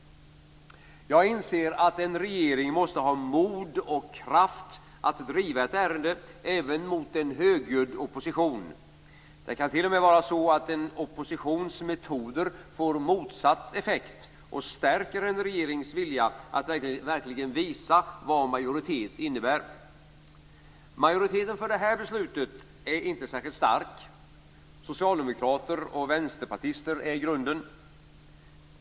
Jag inser att en regering måste ha mod och kraft att driva ett ärende även mot en högljudd opposition. Det kan t.o.m. vara så att en oppositions metoder får motsatt effekt och stärker en regerings vilja att verkligen visa vad majoritet innebär. Majoriteten för det här beslutet är inte särskilt stark. Socialdemokrater och vänsterpartister är grunden.